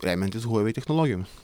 remiantis huavei technologijom